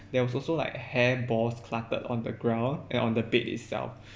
there was also like hair balls cluttered on the ground and on the bed itself